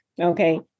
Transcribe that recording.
okay